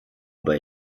bei